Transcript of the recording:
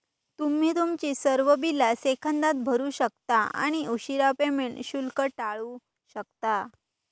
तुम्ही तुमची सर्व बिला सेकंदात भरू शकता आणि उशीरा पेमेंट शुल्क टाळू शकता